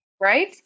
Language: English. Right